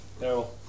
No